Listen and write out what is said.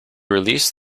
release